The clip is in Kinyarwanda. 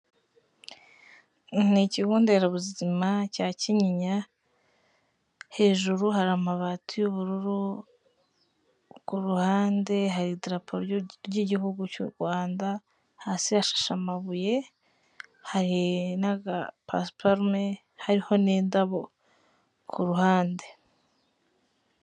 Ni Ikigo Nderabuzima cya Kinyinya, hejuru hari amabati y'ubururu, ku ruhande hari idarapo ry'Igihugu cy'u Rwanda, hasi hashashe amabuye, hari n'agapasiparume, hariho n'indabo ku ruhande.